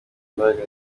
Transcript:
imbaraga